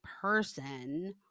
person